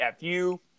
FU